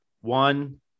One